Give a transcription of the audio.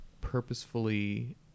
purposefully